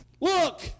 look